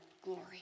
glory